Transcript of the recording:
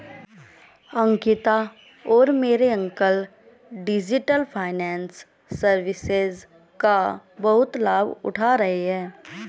अंकिता और मेरे uncle digital finance services का बहुत लाभ उठा रहे हैं